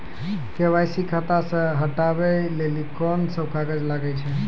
KYC खाता से हटाबै लेली कोंन सब कागज लगे छै?